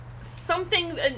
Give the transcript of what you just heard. something-